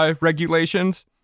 regulations